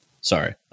sorry